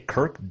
Kirk